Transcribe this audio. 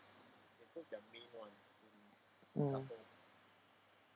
mm